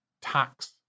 tax